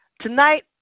Tonight